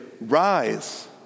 rise